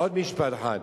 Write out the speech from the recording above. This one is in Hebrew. עוד משפט אחד.